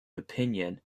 opinion